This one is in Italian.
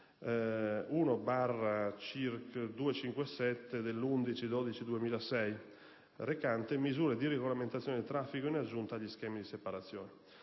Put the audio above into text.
n.1/Circ. 257 dell'11 dicembre 2006, recante "Misure di regolamentazione del traffico in aggiunta agli schemi di separazione".